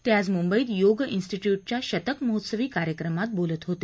ते आज मुंबईत योग उस्टीट्यूटच्या शतक महोत्सवी कार्यक्रमात बोलत होते